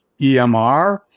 EMR